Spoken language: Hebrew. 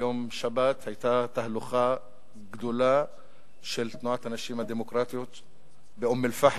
ביום שבת היתה תהלוכה גדולה של תנועת הנשים הדמוקרטיות באום-אל-פחם.